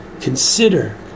consider